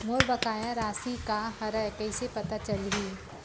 मोर बकाया राशि का हरय कइसे पता चलहि?